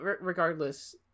regardless